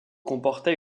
comportait